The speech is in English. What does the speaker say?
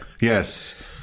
Yes